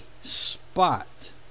spot